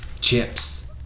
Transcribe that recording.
chips